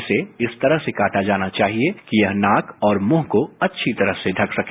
इसे इस तरह से काटा जाना चाहिये कि यह नाक और मुंह को अच्छी तरह से ढक सके